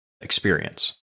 experience